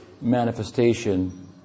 manifestation